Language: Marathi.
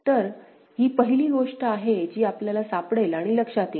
तर ही पहिली गोष्ट आहे जी आपल्याला सापडेल आणि लक्षात येईल